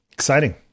exciting